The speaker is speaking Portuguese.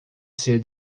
ser